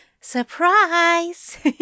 Surprise